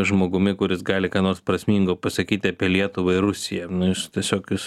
žmogumi kuris gali ką nors prasmingo pasakyti apie lietuvą ir rusiją nu jis tiesiog jis